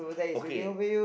okay